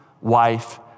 wife